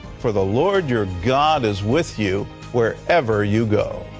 for the lord, your god, is with you wherever you go.